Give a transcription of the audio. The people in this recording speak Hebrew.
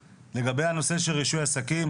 לגבי הנושא של רישוי עסקים,